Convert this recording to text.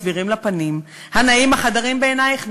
מסבירים לה פנים: הנאים החדרים בעינייך?